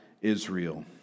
Israel